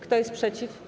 Kto jest przeciw?